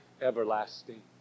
everlasting